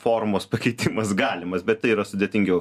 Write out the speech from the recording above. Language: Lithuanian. formos pakeitimas galimas bet tai yra sudėtingiau